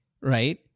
right